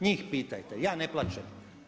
Njih pitajte, ja ne plačem.